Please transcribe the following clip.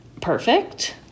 perfect